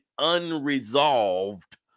unresolved